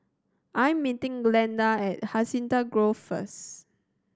I am meeting Glynda at Hacienda Grove first